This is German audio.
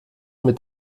mit